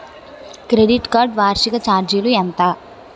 Credit card వార్షిక ఛార్జీలు ఎంత?